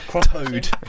toad